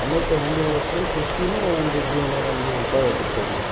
ಅನೇಕ ಹಿಂದಿನ ವರ್ಷಗಳಲ್ಲಿ ಕೃಷಿಯೇ ಒಂದು ಜೀವನ ಒಂದು ಉಪಾಯ ಆಗಿತ್ತವರಿಗೆ